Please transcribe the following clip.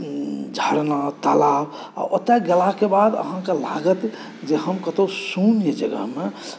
झरना तालाब आ ओतऽ गेलाक बाद अहाँकेॅं लागत जे हम कतौ शून्य जगहमे